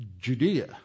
Judea